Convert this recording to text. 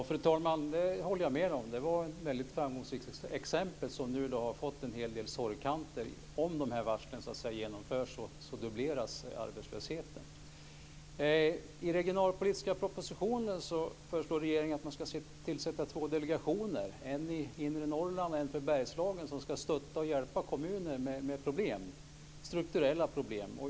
Fru talman! Det håller jag med om. Det är ett väldigt framgångsrikt exempel, som nu har fått en hel del sorgkanter. Om varslen genomförs fördubblas arbetslösheten. I den regionalpolitiska propositionen föreslår regeringen att man ska tillsätta två delegationer, en för inre Norrland och en för Bergslagen, som ska stötta och hjälpa kommuner med strukturella problem.